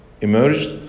emerged